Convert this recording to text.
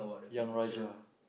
Young-Rajah